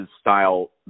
style